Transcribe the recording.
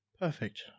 Perfect